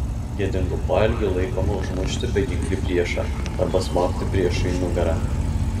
gėdingu poelgiu laikoma užmušti beginklį priešą arba smogti priešui į nugarą